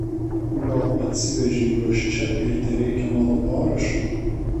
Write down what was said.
gal atsivežei juos čia ir tereikia mano parašo